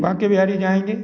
बांके बिहारी जाएंगे